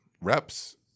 reps